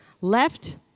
left